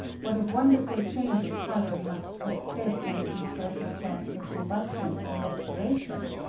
what a wonderful change of carbon must take place under these circumstances of combustion or respiration